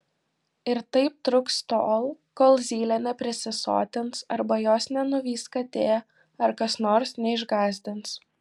ir taip truks tol kol zylė neprisisotins arba jos nenuvys katė ar kas nors neišgąsdins